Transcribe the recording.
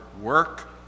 work